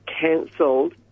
cancelled